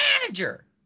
manager